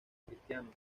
cristiano